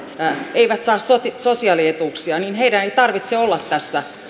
eivät saa sosiaalietuuksia niin heidän ei tarvitse olla tässä